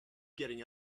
getting